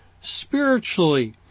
spiritually